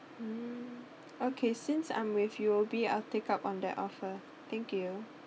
mm okay since I'm with U_O_B I'll take up on their offer thank you